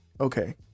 Okay